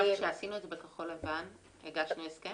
כשעשינו את זה בכחול לבן הגשנו הסכם?